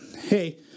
hey